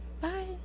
Bye